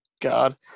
God